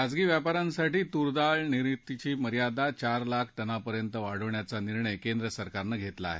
खाजगी व्यापा यांसाठी तूरडाळ निर्यातीची मर्यादा चार लाख टनापर्यंत वाढवायचा निर्णय केंद्र सरकारनं घेतला आहे